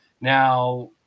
Now